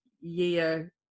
year